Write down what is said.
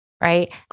right